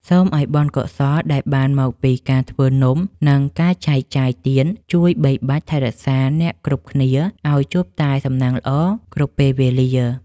សូមឱ្យបុណ្យកុសលដែលបានមកពីការធ្វើនំនិងការចែកចាយទានជួយបីបាច់ថែរក្សាអ្នកគ្រប់គ្នាឱ្យជួបតែសំណាងល្អគ្រប់ពេលវេលា។